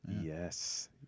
Yes